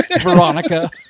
Veronica